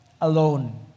alone